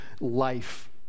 life